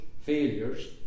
failures